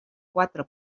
quatre